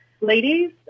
ladies